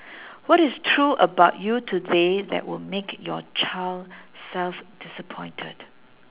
what is true about you today that would make your child self disappointed